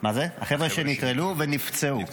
החבר'ה שנטרלו ונפצעו.